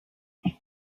you